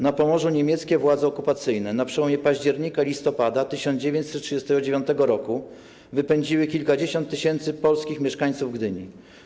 Na Pomorzu niemieckie władze okupacyjne na przełomie października i listopada 1939 r. wypędziły kilkadziesiąt tysięcy polskich mieszkańców Gdyni.